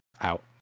out